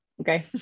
Okay